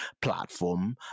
platform